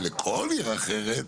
ולכל עיר אחרת,